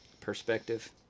perspective